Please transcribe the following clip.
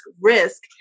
risk